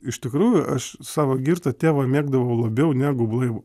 iš tikrųjų aš savo girtą tėvą mėgdavau labiau negu blaivų